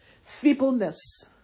feebleness